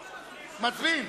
מצביעים.